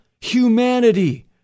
humanity